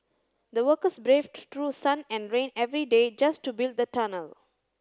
the workers braved through sun and rain every day just to build the tunnel